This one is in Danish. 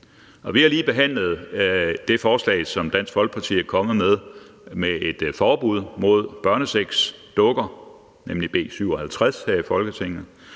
vi har lige behandlet det forslag, som Dansk Folkeparti er kommet med, om et forbud mod børnesexdukker, nemlig B 57, her i Folketinget,